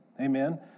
Amen